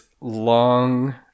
long